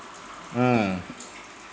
mm